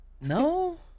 No